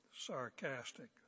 sarcastic